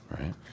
right